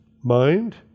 mind